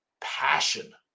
passion